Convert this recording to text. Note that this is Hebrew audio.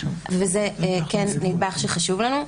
זה נדבך שחשוב לנו.